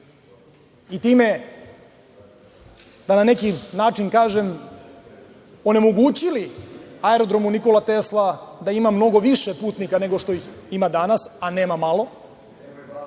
i time da na neki način kažem onemogućili Aerodromu Nikola Tesla da ima mnogo više putnika, nego što ih ima danas, a nema malo.